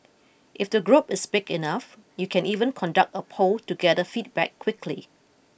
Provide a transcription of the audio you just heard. if the group is big enough you can even conduct a poll to gather feedback quickly